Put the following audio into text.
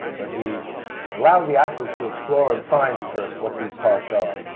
but he allowed the actors to explore and find first what these parts are.